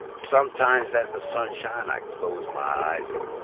sometimes at the sunshine, i close my eyes and